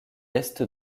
est